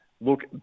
look